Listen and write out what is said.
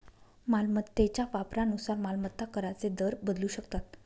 मालमत्तेच्या वापरानुसार मालमत्ता कराचे दर बदलू शकतात